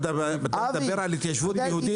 אתה מדבר על התיישבות יהודית טהורה.